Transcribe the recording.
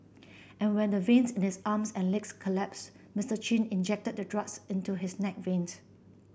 and when the veins in his arms and legs collapse Mister Chin injected the drugs into his neck veins